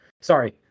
Sorry